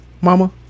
Mama